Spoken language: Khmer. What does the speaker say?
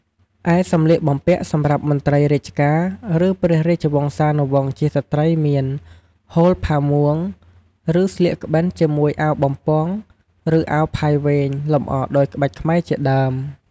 ឯសម្លៀកបំពាក់សម្រាប់មន្រ្តីរាជការ ឬព្រះរាជវង្សានុវង្សជាស្រ្តីមាន ហូលផាមួង ឬស្លៀកក្បិនជាមួយអាវបំពង់ ឬអាវផាយវែង លម្អដោយក្បាច់ខ្មែរជាដើម។